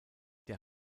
der